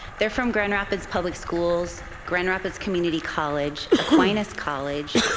they're from grand rapids public schools, grand rapids community college, aquinas college,